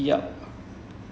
okay hello